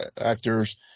actors